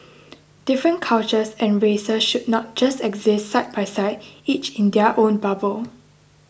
different cultures and races should not just exist side by side each in their own bubble